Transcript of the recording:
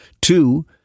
two